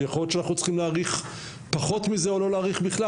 יכול להיות שאנחנו צריכים להאריך פחות מזה או לא להאריך בכלל.